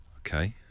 Okay